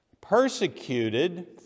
persecuted